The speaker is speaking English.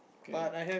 okay